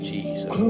Jesus